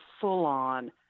full-on